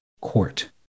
Court